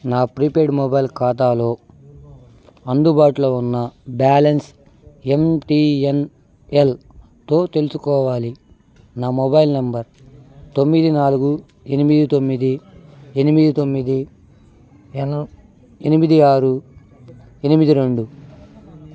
నా prepaid mobile ఖాతాలో అందుబాటులో ఉన్న బ్యాలెన్స్ ఎంటీఎన్ఎల్తో తెలుసుకోవాలి నా మొబైల్ నంబర్ తొమ్మిది నాలుగు ఎనిమిది తొమ్మిది ఎనిమిది తొమ్మిది ఎనిమిది ఆరు ఎనిమిది రెండు